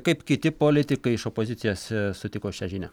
kaip kiti politikai iš opozicijos sutiko šią žinią